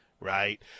right